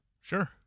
Sure